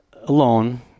alone